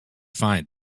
find